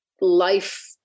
life